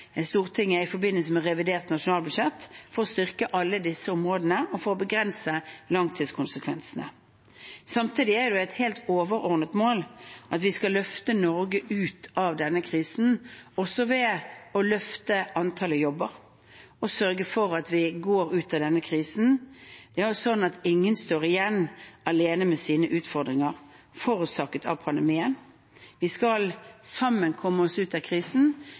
Stortinget i forbindelse med revidert nasjonalbudsjett for å styrke alle disse områdene og for å begrense langtidskonsekvensene. Samtidig er det et helt overordnet mål at vi skal løfte Norge ut av denne krisen, også ved å løfte antallet jobber, og sørge for at når vi går ut av denne krisen, skal ingen stå igjen alene med sine utfordringer forårsaket av pandemien. Vi skal sammen komme oss ut av krisen,